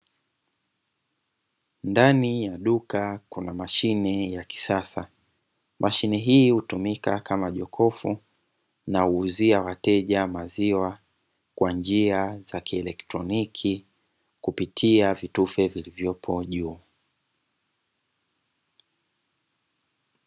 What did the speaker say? Ndani ya duka kuna mashine ya kisasa mashine hii hutumika kama jokofu, na huuzia wateja maziwa kwa njia za kielektroniki kupitia vitufe vilivyopo juu.